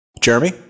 Jeremy